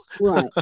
right